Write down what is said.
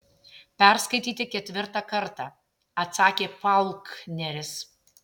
perskaityti ketvirtą kartą atsakė faulkneris